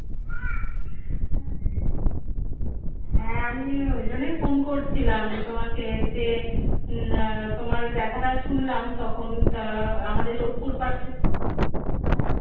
হ্যাঁ আমি ওই জন্যই ফোন করছিলাম তোমাকে যে তোমার ওই ব্যাথাটা শুনলাম তখন তা আমাদের যোধপুর পার্কে হ্যাঁ